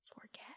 forget